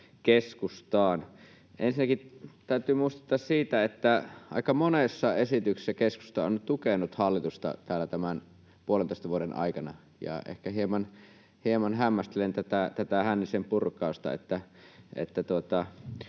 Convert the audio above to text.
Ensinnäkin täytyy muistuttaa siitä, että aika monessa esityksessä keskusta on tukenut hallitusta täällä tämän puolentoista vuoden aikana. Ehkä hieman hämmästelen tätä Hännisen purkausta,